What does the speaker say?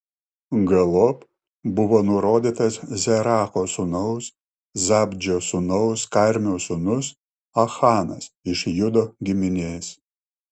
galop buvo nurodytas zeracho sūnaus zabdžio sūnaus karmio sūnus achanas iš judo giminės